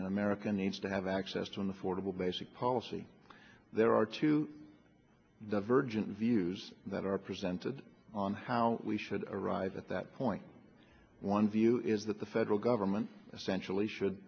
in america needs to have access to an affordable basic policy there are two divergent views that are presented on how we should arrive at that point one view is that the federal government essentially should